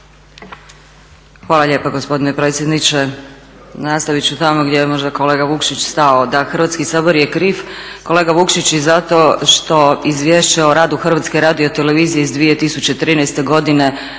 Hvala lijepa gospodine predsjedniče. Nastaviti ću tamo gdje je možda kolega Vukšić stao da Hrvatski sabor je kriv, kolega Vukšić i zato što Izvješće o radu Hrvatske radiotelevizije iz 2013. eto i